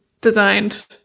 Designed